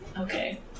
Okay